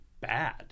bad